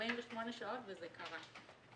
48 שעות וזה קרה,